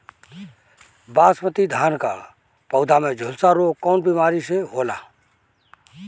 बासमती धान क पौधा में झुलसा रोग कौन बिमारी से होला?